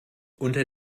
unter